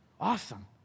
Awesome